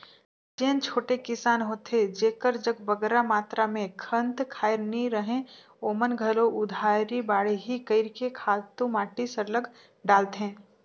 जेन छोटे किसान होथे जेकर जग बगरा मातरा में खंत खाएर नी रहें ओमन घलो उधारी बाड़ही कइर के खातू माटी सरलग डालथें